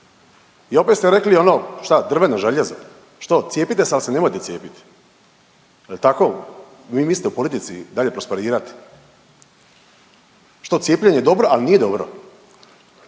i opet ste rekli ono, šta, drveno željezo, cijepite se, ali se nemojte cijepiti? Je li tako? Vi mislite u politici dalje prosperirati? Što, cijepljenje je dobro, ali nije dobro?